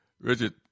Richard